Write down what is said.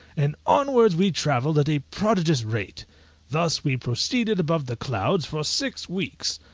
and onwards we travelled at a prodigious rate thus we proceeded above the clouds for six weeks.